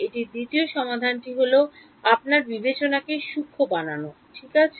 এটির দ্বিতীয় সমাধানটি হল আপনার বিবেচনাকে সূক্ষ্ম বানানো ঠিক আছে